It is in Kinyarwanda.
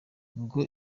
ngo